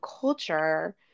culture